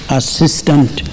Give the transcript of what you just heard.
assistant